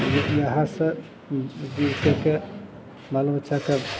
लेकिन एहिसे दूर करिके बाल बच्चाकेँ